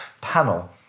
panel